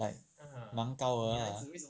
like 蛮高的 lah